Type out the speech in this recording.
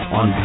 on